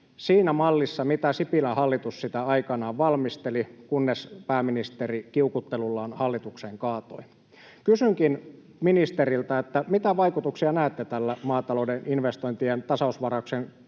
siinä mallissa, missä Sipilän hallitus sitä aikanaan valmisteli, kunnes pääministeri kiukuttelullaan hallituksen kaatoi. Kysynkin ministeriltä: mitä vaikutuksia näette tällä maatalouden investointien tasausvarauksen